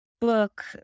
book